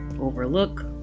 overlook